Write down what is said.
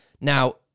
Now